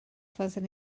fyddwn